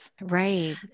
Right